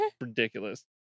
ridiculous